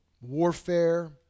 warfare